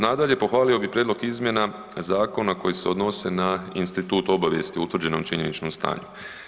Nadalje, pohvalio bih Prijedlog izmjena zakona koje se odnose na institut obavijesti o utvrđenom činjeničnom stanju.